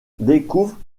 découvre